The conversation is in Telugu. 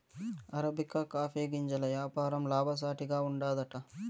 అరబికా కాఫీ గింజల యాపారం లాభసాటిగా ఉండాదట